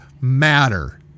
matter